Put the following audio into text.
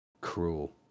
cruel